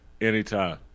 Anytime